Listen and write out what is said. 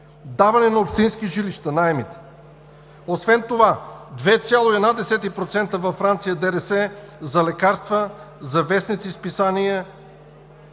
даване на общински жилища – наеми. Освен това 2,1% във Франция е ДДС за лекарства, за вестници и списания,